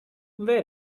wear